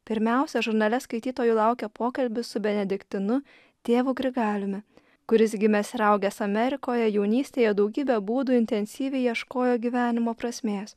pirmiausia žurnale skaitytojų laukia pokalbis su benediktinu tėvu grigaliumi kuris gimęs ir augęs amerikoje jaunystėje daugybę būdų intensyviai ieškojo gyvenimo prasmės